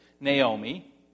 Naomi